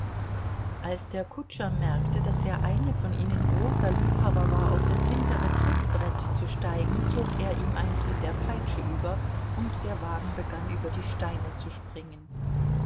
als der kutscher merkte daß der eine von ihnen großer liebhaber war auf das hintere trittbrett zu steigen zog er ihm eins mit der peitsche über und der wagen begann über die steine zu springen